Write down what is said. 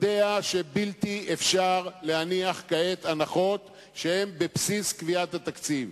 יודע שאי-אפשר להניח כעת הנחות שהן בבסיס קביעת התקציב,